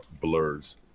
blurs